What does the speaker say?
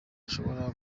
ashobora